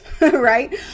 right